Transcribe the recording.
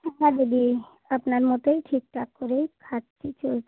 হ্যাঁ দিদি আপনার মতোই ঠিকঠাক করেই খাচ্ছি চলছি